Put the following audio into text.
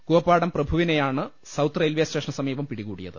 കൂവ്വപ്പാടം പ്രഭുവി നെയാണ് സൌത്ത് റെയിൽവെസ്റ്റേഷന് സ്മീപം പിടികൂടിയത്